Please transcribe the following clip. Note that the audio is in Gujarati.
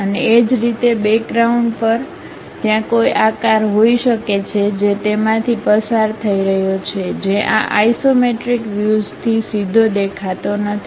અને એ જ રીતે બેકગ્રાઉન્ડ પર ત્યાં કોઈ આકાર હોઈ શકે છે જે તેમાંથી પસાર થઈ રહ્યો છે જે આ આઇસોમેટ્રિક વ્યુઝથી સીધો દેખાતો નથી